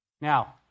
Now